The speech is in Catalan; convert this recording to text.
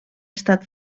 estat